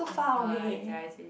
no lah it's that I say